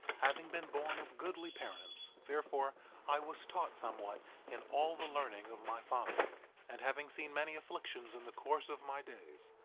having been born of goodly parents, therefore i was taught somewhat in all the learning of my father and having seen many afflictions in the course of my days,